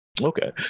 Okay